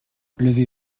levez